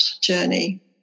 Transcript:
journey